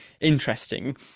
interesting